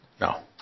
No